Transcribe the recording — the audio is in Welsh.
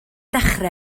dechrau